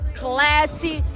classy